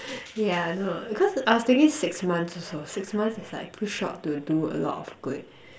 yeah I know cause I was thinking six months also six months is like too short to do a lot of good